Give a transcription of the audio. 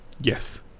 Yes